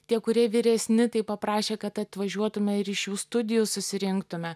tie kurie vyresni tai paprašė kad atvažiuotume ir iš jų studijų susirinktume